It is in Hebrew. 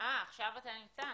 אתה נמצא?